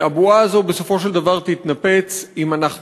והבועה הזו בסופו של דבר תתנפץ אם אנחנו